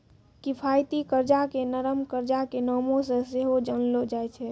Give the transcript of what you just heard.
किफायती कर्जा के नरम कर्जा के नामो से सेहो जानलो जाय छै